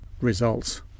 results